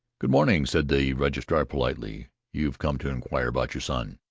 good-morning, said the registrar politely. you've come to inquire about your son.